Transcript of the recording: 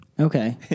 Okay